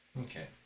okay